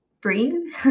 breathe